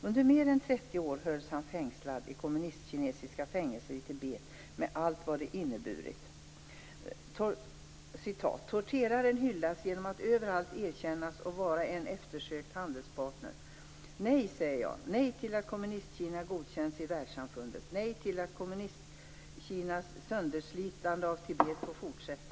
Under mer än 30 år hölls han inspärrad i kommuniskinesiska fängelser i Tibet med allt vad det har inneburit. "Torteraren hyllas genom att överallt erkännas och vara en eftersökt handelspartner. Nej, säger jag, nej till att Kommunistkina godkänns i världssamfundet, nej till att Kommunistkinas sönderslitande av Tibet får fortsätta ..."